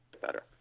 better